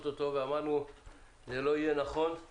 אותו ואמרנו שזה לא יהיה נכון לא לקיים.